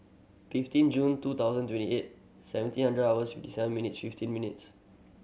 fifteen Jul two thousand twenty eight seventeen hundred hours seven minutes fifteen minutes